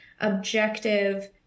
objective